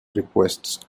requests